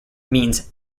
means